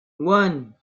one